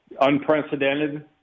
unprecedented